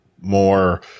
more